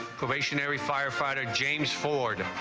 ah visionaries firefighter james ford